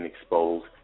exposed